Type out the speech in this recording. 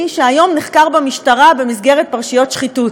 שהיום נחקר במשטרה במסגרת פרשיות שחיתות.